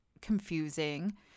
confusing